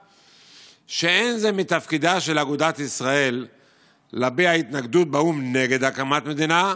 שאין זה מתפקידה של אגודת ישראל להביע התנגדות באו"ם להקמת המדינה,